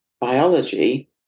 biology